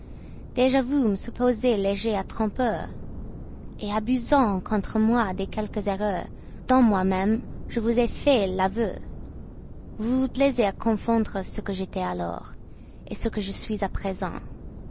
vous me supposez léger trompeur abusant contre moi de quelques erreurs dont moi-même je vous ai fait l'aveu vous vous plaisez à confondre ce que j'étais alors ce que je suis à présent